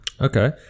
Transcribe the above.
Okay